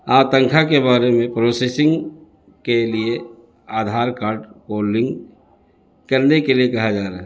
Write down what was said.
آ تنخواہ کے بارے میں پروسیسنگ کے لیے آدھار کارڈ کو لنک کرنے کے لیے کہا جا رہا ہے